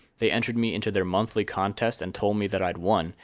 they entered me into their monthly contest and told me that i'd won,